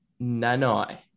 Nanai